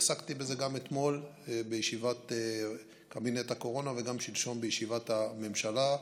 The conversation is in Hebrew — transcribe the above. עסקתי בזה גם אתמול בישיבת קבינט הקורונה וגם שלשום בישיבת הממשלה.